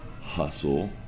hustle